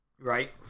Right